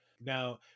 Now